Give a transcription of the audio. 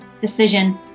decision